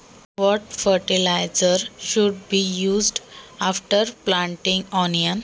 कांदा लागवड केल्यावर खते कोणती वापरावी?